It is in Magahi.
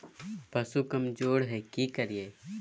पशु कमज़ोर है कि करिये?